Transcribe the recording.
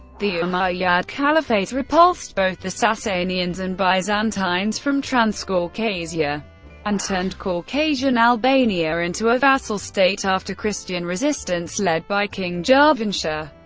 the umayyad caliphate repulsed both the sasanians and byzantines from transcaucasia and turned caucasian albania into a vassal state after christian resistance led by king javanshir,